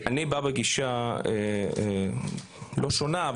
אני בא בגישה שהיא לא שונה,